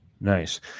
Nice